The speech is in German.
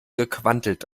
gequantelt